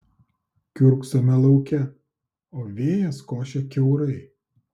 kiurksome lauke o vėjas košia kiaurai